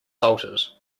salted